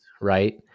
right